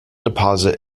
deposit